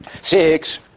Six